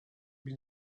been